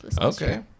Okay